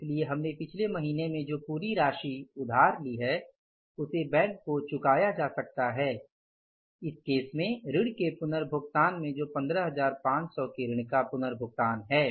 इसलिए हमने पिछले महीने में जो पूरी राशि उधार ली है उसे बैंक को चुकाया जा सकता है इस केस में ऋण के पुनर्भुगतान में जो 15500 के ऋण का पुनर्भुगतान है